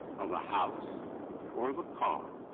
of a house or of a car.